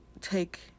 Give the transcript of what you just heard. take